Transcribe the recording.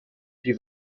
die